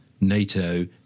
NATO